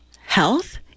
health